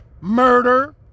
murder